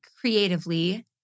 creatively